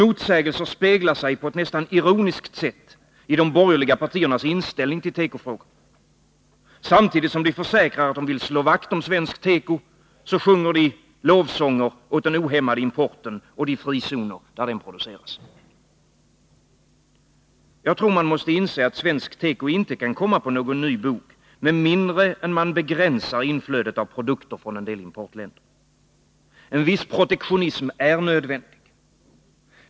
Motsägelserna speglar sig på ett nästan ironiskt sätt i de borgerliga partiernas inställning till tekofrågorna. Samtidigt som de borgerliga försäkrar att de vill slå vakt om svensk teko, sjunger de lovsånger åt den ohämmade importen och de frizoner där den produceras. Jag tror att man måste inse att svensk tekoindustri inte kan komma på någon ny bog med mindre än att man begränsar inflödet av produkter från en del importländer. En viss protektionism är nödvändig.